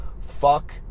Fuck